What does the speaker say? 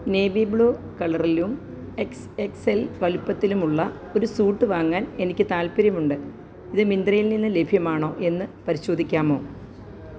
navy blue കളറിലും X X L വലുപ്പത്തിലുമുള്ള ഒരു സ്യൂട്ട് വാങ്ങാൻ എനിക്ക് താത്പര്യമുണ്ട് ഇത് മിന്ത്രയിൽ ലഭ്യമാണോ എന്നു പരിശോധിക്കാമോ